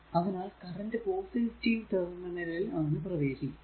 അതിനാൽ current positive ടെർമിനലിൽ ആണ് പ്രവേശിക്കുക